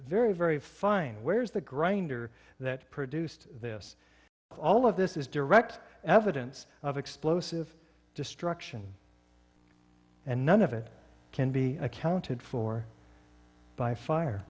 very very fine where's the grinder that produced this all of this is direct evidence of explosive destruction and none of it can be accounted for by fire